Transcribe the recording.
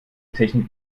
technik